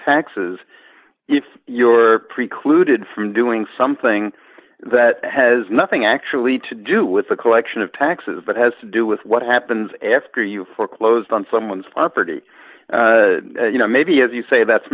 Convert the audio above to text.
taxes if you're precluded from doing something that has nothing actually to do with the collection of taxes that has to do with what happens after you foreclose on someone's property you know maybe as you say that's